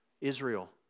Israel